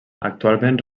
actualment